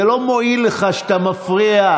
זה לא מועיל לך שאתה מפריע.